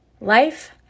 Life